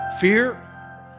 Fear